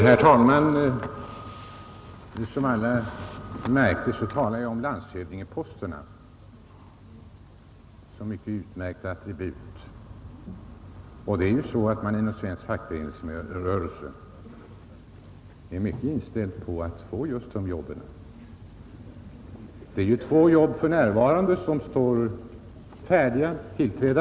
Herr talman! Som alla märkte talade jag om landshövdingeposterna som mycket utmärkta attribut, och det är ju så att man inom svensk fackföreningsrörelse är varmt inställd på att få just de jobben. För närvarande står två jobb färdiga att tillträda.